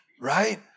Right